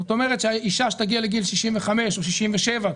זאת אומרת שישה שתגיע לגיל 65 או 67,